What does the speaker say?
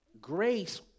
Grace